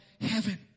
heaven